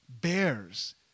bears